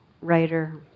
writer